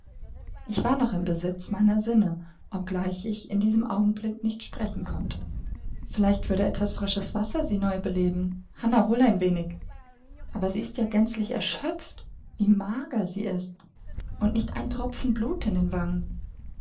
ich war noch im besitz meiner sinne obgleich ich in diesem augenblick nicht sprechen konnte vielleicht würde etwas frisches wasser sie neu beleben hannah hol ein wenig aber sie ist ja gänzlich erschöpft wie mager sie ist und nicht ein tropfen blut in den wangen